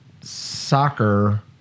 soccer